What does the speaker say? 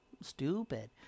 Stupid